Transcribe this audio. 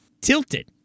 tilted